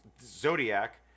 Zodiac